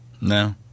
No